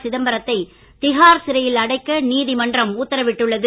சிதம்பரத்தை திஹார் சிறையில் அடைக்க நீதிமன்றம் உத்தரவிட்டுள்ளது